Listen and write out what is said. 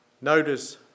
Notice